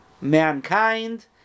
mankind